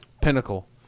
Pinnacle